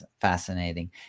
fascinating